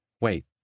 Wait